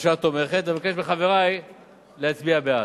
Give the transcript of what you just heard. והממשלה תומכת, ואני מבקש מחברי להצביע בעד.